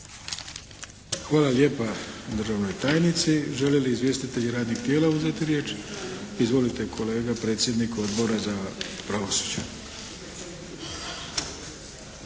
Hvala lijepa državnoj tajnici. Žele li izvjestitelji radnih tijela uzeti riječ? Izvolite kolega, predsjednik Odbora za pravosuđe.